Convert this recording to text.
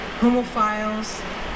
Homophiles